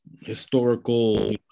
historical